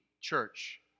church